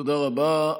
תודה רבה.